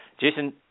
Jason